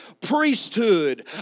priesthood